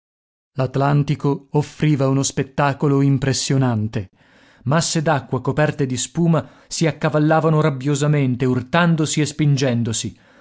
l'atlantico offriva uno spettacolo impressionante masse d'acqua coperte di spuma si accavallavano rabbiosamente urtandosi e spingendosi